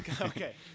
Okay